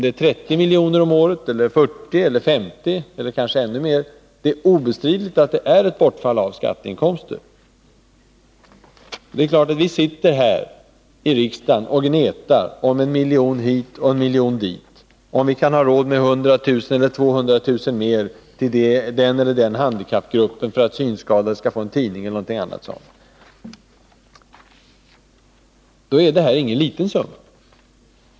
Men oavsett om det är 30, 40 eller 50 milj.kr. om året eller kanske ännu mer, så är det obestridligen fråga om ett bortfall av skatteinkomster. Vi sitter här i riksdagen och gnetar om en miljon hit och en miljon dit. Vi diskuterar om vi har råd med ytterligare 100 000 eller 200 000 kr. till en handikappgrupp eller för att synskadade skall få en tidning. I dessa sammanhang utgör bortfallet av skatteinkomster på grund av snabbvinsatserna ingen liten summa.